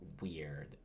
weird